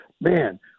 man